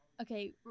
okay